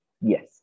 Yes